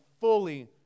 fully